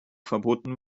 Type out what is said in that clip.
verboten